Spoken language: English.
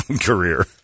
career